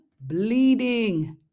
bleeding